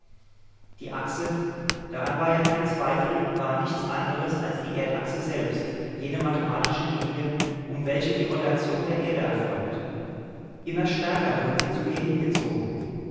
diese achse daran war ja kein zweifel war nichts anderes als die erdachse selbst jene mathematische linie um welche die rotation der erde erfolgt immer stärker wurden sie zu ihr hingezogen